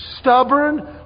Stubborn